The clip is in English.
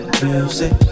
music